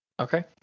Okay